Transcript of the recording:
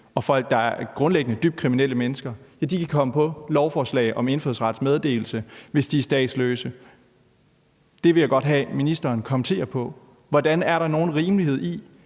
og folk, der grundlæggende er dybt kriminelle mennesker, kan komme på lovforslag om indfødsrets meddelelse, hvis de er statsløse. Det vil jeg godt have at ministeren kommenterer på. Hvordan kan der være nogen rimelighed i,